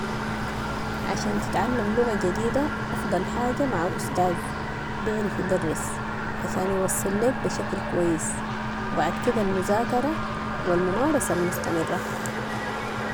عشان تتعلم لغة جديدة افضل حاجة مع استاذ بعرف يدرس، عشان يوصل ليك بشكل كويس و بعد كده المزاكرة و الممارسة المستمره.